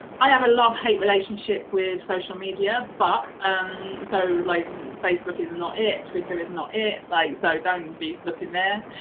i have a love hate relationship with social media, but um so like facebook is and not it, twitter is not it, like so don't be looking there